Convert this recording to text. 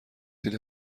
این